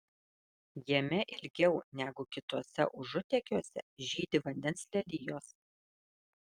jame ilgiau negu kituose užutėkiuose žydi vandens lelijos